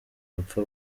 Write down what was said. bapfa